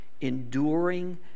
enduring